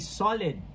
solid